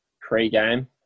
pre-game